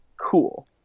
cool